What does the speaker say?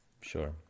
sure